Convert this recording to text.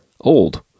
old